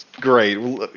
great